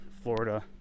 Florida